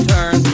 Turn